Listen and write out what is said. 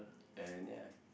and ya